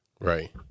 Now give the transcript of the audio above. Right